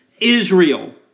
Israel